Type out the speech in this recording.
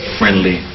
friendly